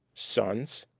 sons,